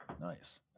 nice